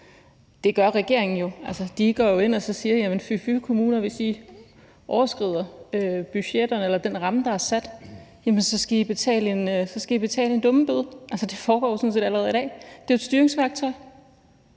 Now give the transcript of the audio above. det gør regeringen jo. De går ind og siger: Fy fy, kommuner, hvis I overskrider budgetterne eller den ramme, der er sat, så skal I betale en dummebøde. Altså, det foregår sådan set allerede i dag. Det er jo et styringsværktøj,